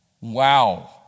Wow